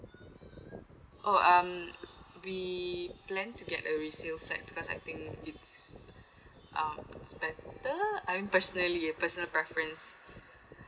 oh um we plan to get a resale flat because I think it's um it's better I'm personally personal preference